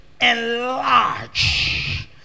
Enlarge